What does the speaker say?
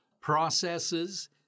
processes